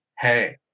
hey